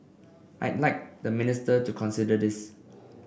I'd like the minister to consider this